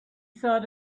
thought